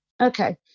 Okay